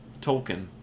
Tolkien